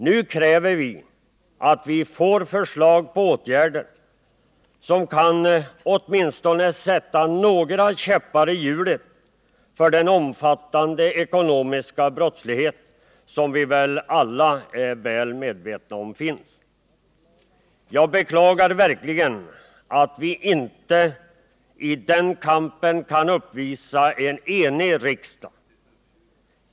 Nu kräver vi att vi får förslag på åtgärder som åtminstone kan sätta några käppar i hjulet för den omfattande ekonomiska brottslighet som vi väl alla är väl medvetna om finns. Jag beklagar verkligen att vi inte i den kampen kan uppvisa en enig riksdag.